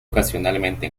ocasionalmente